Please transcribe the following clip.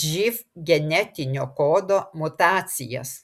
živ genetinio kodo mutacijas